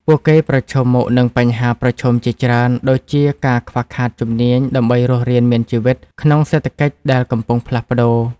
ពួកគេប្រឈមមុខនឹងបញ្ហាប្រឈមជាច្រើន ដូចជាការខ្វះខាតជំនាញដើម្បីរស់រានមានជីវិតក្នុងសេដ្ឋកិច្ចដែលកំពុងផ្លាស់ប្តូរ។